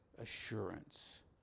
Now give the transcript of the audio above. assurance